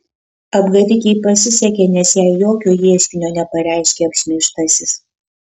apgavikei pasisekė nes jai jokio ieškinio nepareiškė apšmeižtasis